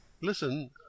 listen